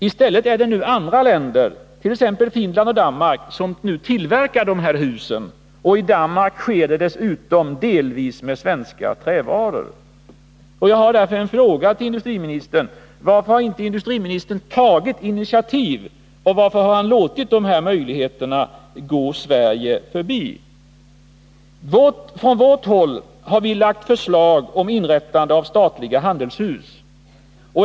I stället är det nu andra länder, t.ex. Finland och Danmark, som tillverkar dessa hus, och i Danmark sker det dessutom delvis med svenska trävaror. Från vårt håll har vi lagt fram förslag om inrättande av statliga handelshus.